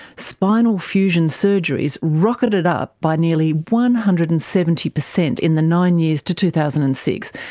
spinal fusion surgeries rocketed up by nearly one hundred and seventy percent in the nine years to two thousand and six,